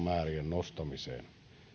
nostamiseen